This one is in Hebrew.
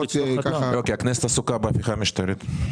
לא, כי הכנסת עסוקה בהפיכה המשטרית.